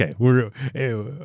Okay